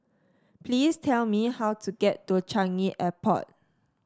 please tell me how to get to Changi Airport